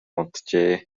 унтжээ